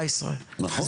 17 מיליון.